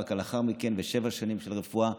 ורק לאחר מכן שבע שנים של רפואה.